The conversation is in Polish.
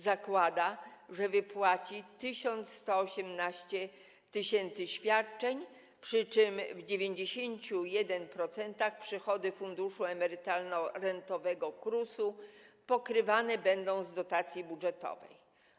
Zakłada, że wypłaci 1180 tys. świadczeń, przy czym w 91% przychody Funduszu Emerytalno-Rentowego KRUS pokrywane będą z dotacji budżetowej.